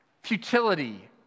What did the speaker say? Futility